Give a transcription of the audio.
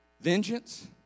vengeance